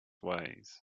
ways